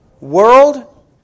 world